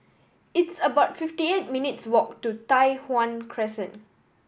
it's about fifty eight minutes' walk to Tai Hwan Crescent